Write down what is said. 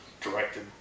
directed